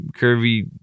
curvy